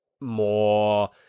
more